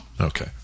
Okay